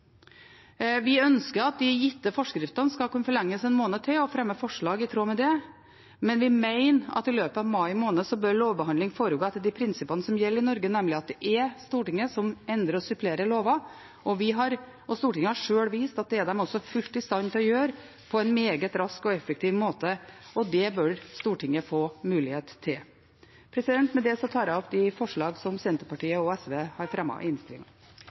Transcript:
Vi ønsker at de gitte forskriftene skal kunne forlenges én måned til og fremmer forslag i tråd med det, men vi mener at i løpet av mai måned så bør lovbehandling foregå etter de prinsippene som gjelder i Norge, nemlig at det er Stortinget som endrer og supplerer lover. Stortinget har også sjøl vist at det er det fullt ut i stand til å gjøre på en meget rask og effektiv måte, og det bør Stortinget få mulighet til. Med det tar jeg opp det forslaget som Senterpartiet og SV har fremmet i